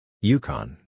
Yukon